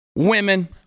Women